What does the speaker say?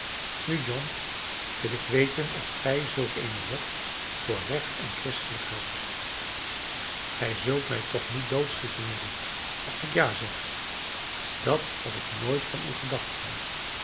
nu john wil ik weten of gij zulk eene wet voor recht en christelijk houdt gij zult mij toch niet doodschieten mary als ik ja zeg dat had ik nooit van u gedacht john